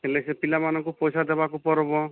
ହେଲେ ସେ ପିଲାମାନଙ୍କୁ ପଇସା ଦେବାକୁ ପରବ